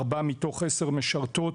ארבע מתוך עשר משרתות.